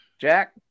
jack